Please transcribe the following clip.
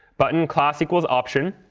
button class equals option.